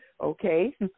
Okay